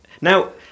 Now